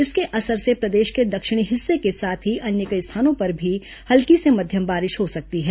इसके असर से प्रदेश के दक्षिणी हिस्से के साथ ही अन्य कई स्थानों पर भी हल्की से मध्यम बारिश हो सकती है